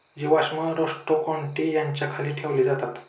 जीवाश्म रोस्ट्रोकोन्टि याच्या खाली ठेवले जातात